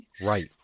Right